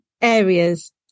areas